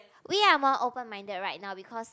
we are more open minded right now because